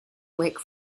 wake